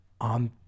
on